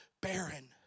barren